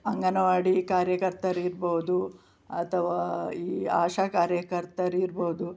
ಅಂಗನವಾಡಿ ಕಾರ್ಯಕರ್ತರಿರ್ಬೋದು ಅಥವಾ ಈ ಆಶಾ ಕಾರ್ಯಕರ್ತರಿರ್ಬೋದು